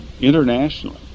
internationally